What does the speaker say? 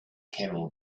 camel